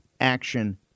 action